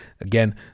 Again